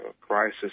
crisis